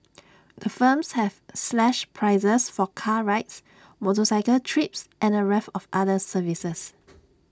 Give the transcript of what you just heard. the firms have slashed prices for car rides motorcycle trips and A raft of other services